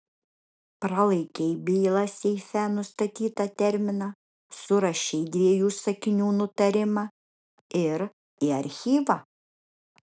pralaikei bylą seife nustatytą terminą surašei dviejų sakinių nutarimą ir į archyvą